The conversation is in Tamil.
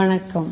வணக்கம்